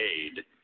aid